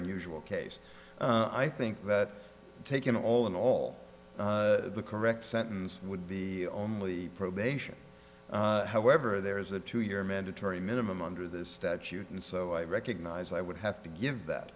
unusual case i think that taken all in all the correct sentence would be only probation however there is a two year mandatory minimum under this statute and so i recognize i would have to give that